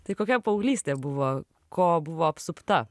tai kokia paauglystė buvo ko buvo apsupta